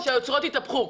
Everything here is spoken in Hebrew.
אני רוצה שהיוצרות יתהפכו.